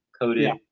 coated